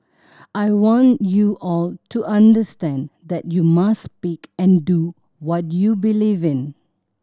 I want you all to understand that you must speak and do what you believe in